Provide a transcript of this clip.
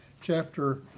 chapter